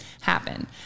happen